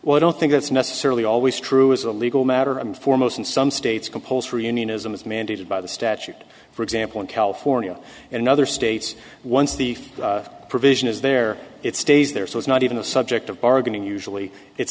i don't think it's necessarily always true as a legal matter and foremost in some states compulsory unionism is mandated by the statute for example in california and other states once the provision is there it stays there so it's not even a subject of bargaining usually it's